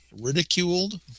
ridiculed